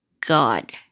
God